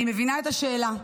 אני מבינה את השאלה,